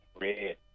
red